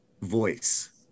voice